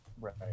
Right